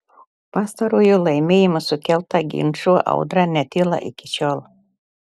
pastarojo laimėjimo sukelta ginčų audra netyla iki šiol